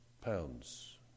pounds